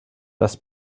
das